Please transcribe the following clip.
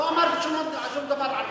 לא אמרתי שום דבר רע עליה.